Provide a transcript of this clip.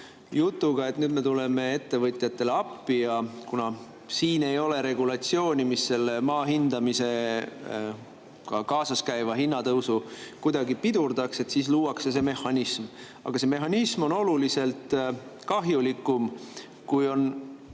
nüüd me tuleme ettevõtjatele appi. Kuna siin ei ole regulatsiooni, mis selle maa hindamisega kaasas käivat hinnatõusu kuidagi pidurdaks, siis luuakse see mehhanism. Aga see mehhanism on oluliselt kahjulikum, kui on